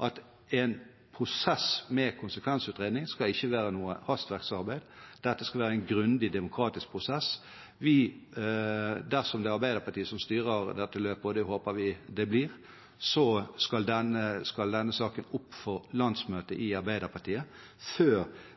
at en prosess med konsekvensutredning ikke skal være noe hastverksarbeid. Dette skal være en grundig, demokratisk prosess. Dersom det er en Arbeiderparti-regjering som styrer dette løpet, og det håper vi det blir, skal denne saken opp på landsmøtet i Arbeiderpartiet før